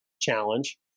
challenge